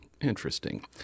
Interesting